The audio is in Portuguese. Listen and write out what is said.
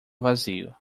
vazio